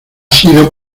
sido